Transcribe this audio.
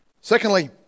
Secondly